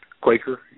Quaker